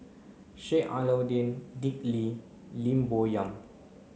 Sheik Alau'ddin Dick Lee Lim Bo Yam